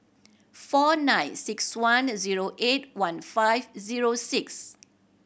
four nine six one zero eight one five zero six